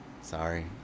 sorry